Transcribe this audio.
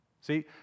See